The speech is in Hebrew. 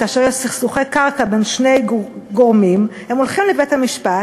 כאשר יש סכסוכי קרקע בין שני גורמים הם הולכים לבית-המשפט,